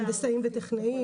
הנדסאים וטכנאים.